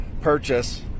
purchase